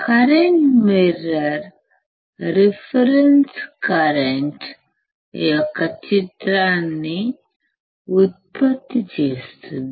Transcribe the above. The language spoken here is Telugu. కరెంటుమిర్రర్ రిఫరెన్స్ కరెంట్ యొక్క చిత్రాన్ని ఉత్పత్తి చేస్తుంది